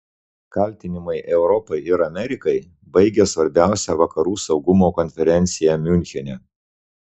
kaltinimai europai ir amerikai baigia svarbiausią vakarų saugumo konferenciją miunchene